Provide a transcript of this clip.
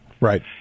Right